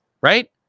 Right